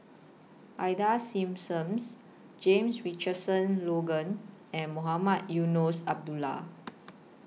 Ida Simmons James Richardson Logan and Mohamed Eunos Abdullah